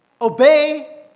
obey